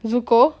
Zuko